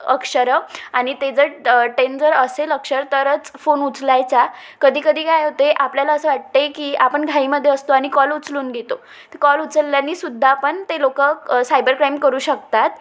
अक्षरं आणि ते जर टेन जर असेल अक्षर तरच फोन उचलायचा कधी कधी काय होते आपल्याला असं वाटते आहे की आपण घाईमध्ये असतो आणि कॉल उचलून घेतो कॉल उचल्यानेसुद्धा आपण ते लोक सायबर क्राईम करू शकतात